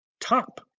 top